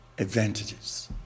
advantages